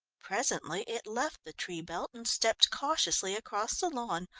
presently it left the tree belt, and stepped cautiously across the lawn,